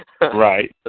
Right